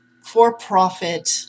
for-profit